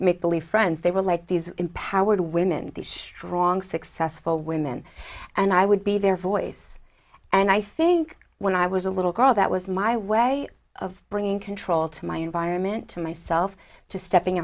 make believe friends they were like these empowered women to srong successful women and i would be their voice and i think when i was a little girl that was my way of bringing control to my environment to myself to stepping